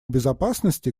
безопасности